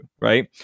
right